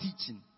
teaching